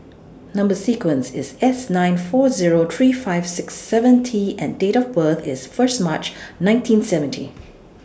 Number sequence IS S nine four Zero three five six seven T and Date of birth IS First March nineteen seventy